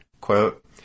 quote